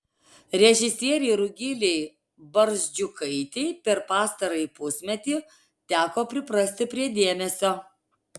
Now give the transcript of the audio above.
režisierei rugilei barzdžiukaitei per pastarąjį pusmetį teko priprasti prie dėmesio